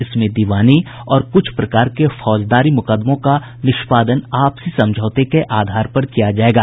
इसमें दीवानी और कुछ प्रकार के फौजदारी मामलों का निष्पादन आपसी समझौते के आधार पर किया जायेगा